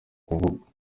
kuvugwa